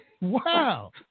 wow